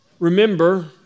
Remember